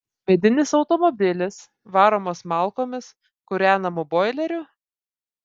medinis automobilis varomas malkomis kūrenamu boileriu